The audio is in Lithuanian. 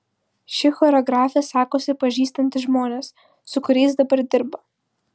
ši choreografė sakosi pažįstanti žmones su kuriais dabar dirba